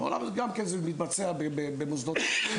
בעולם זה מתבצע במוסדות ---.